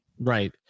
Right